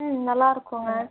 ம் நல்லாயிருக்குங்க